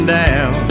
down